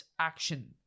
action